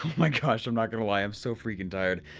my gosh, i'm not gonna lie, i'm so freaking tired.